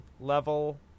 level